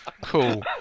Cool